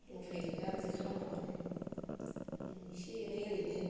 उफाय गैला बिदि खालामाबानो इसे एनै ओरैनो